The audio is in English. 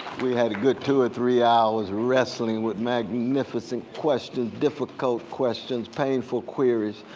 we had a good two or three hours wrestling with magnificent questions, difficult questions, painful queries,